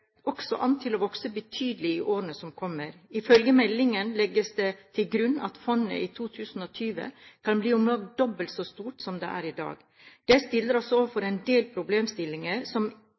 også an til å vokse betydelig i årene som kommer. Ifølge meldingen legges det til grunn at fondet i 2020 kan bli om lag dobbelt så stort som det er i dag. Det stiller oss overfor en del problemstillinger som